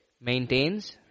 maintains